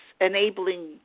enabling